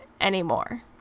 anymore